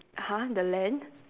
(uh huh) the land